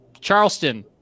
Charleston